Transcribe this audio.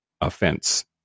offense